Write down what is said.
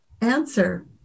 answer